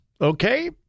okay